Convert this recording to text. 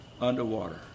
underwater